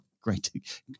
Great